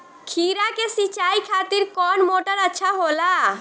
खीरा के सिचाई खातिर कौन मोटर अच्छा होला?